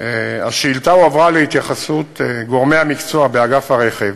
השאילתה הועברה להתייחסות גורמי המקצוע באגף הרכב